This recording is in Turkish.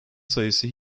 sayısı